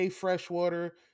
freshwater